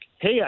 hey